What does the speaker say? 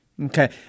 Okay